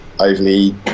overly